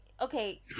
okay